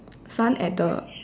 sun at the